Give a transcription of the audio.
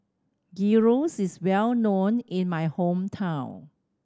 gyros is well known in my hometown